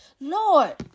Lord